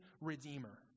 redeemer